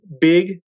big –